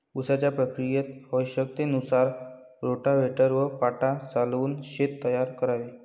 उसाच्या प्रक्रियेत आवश्यकतेनुसार रोटाव्हेटर व पाटा चालवून शेत तयार करावे